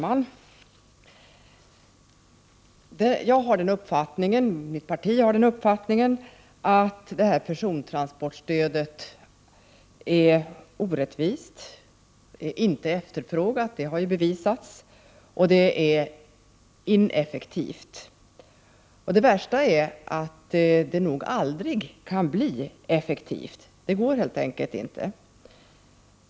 Herr talman! Jag och mitt parti har den uppfattningen att persontransportstödet är orättvist, inte efterfrågat — det har ju bevisats — och ineffektivt. Det värsta är att det nog aldrig kan bli effektivt. Det går helt enkelt inte.